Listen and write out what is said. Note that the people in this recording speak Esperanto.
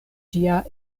ĝia